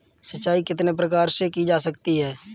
सिंचाई कितने प्रकार से की जा सकती है?